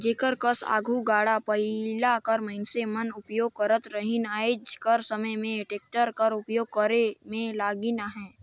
जेकर कस आघु गाड़ा बइला कर मइनसे मन उपियोग करत रहिन आएज कर समे में टेक्टर कर उपियोग करे में लगिन अहें